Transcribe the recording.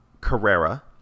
carrera